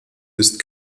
ist